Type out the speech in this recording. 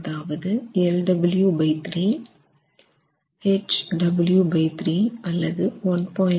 அதாவது lw3 hw3 அல்லது 1